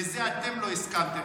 לזה אתם לא הסכמתם.